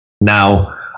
Now